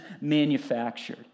manufactured